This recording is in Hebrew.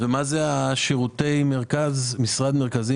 מה זה שירותי משרד מרכזיים?